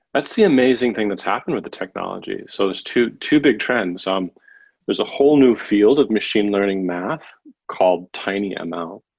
that's the amazing thing that's happened with the technology. so there' two two big trends. um there's a whole new field of machine learning math called tinyml,